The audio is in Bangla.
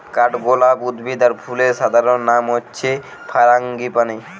কাঠগোলাপ উদ্ভিদ আর ফুলের সাধারণ নাম হচ্ছে ফারাঙ্গিপানি